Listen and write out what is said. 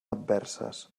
adverses